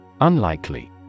Unlikely